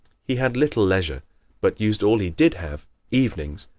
he had little leisure but used all he did have evenings,